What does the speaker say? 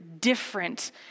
different